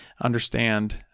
understand